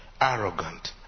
arrogant